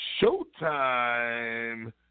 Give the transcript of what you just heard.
showtime